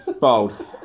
bold